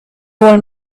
old